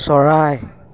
চৰাই